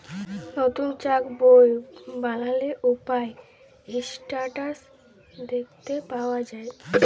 লতুল চ্যাক বই বালালে উয়ার ইসট্যাটাস দ্যাখতে পাউয়া যায়